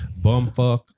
Bumfuck